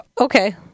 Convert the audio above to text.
Okay